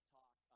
talk